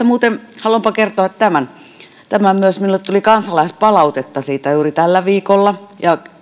muuten haluanpa kertoa tämän myös minulle tuli kansalaispalautetta siitä juuri tällä viikolla ja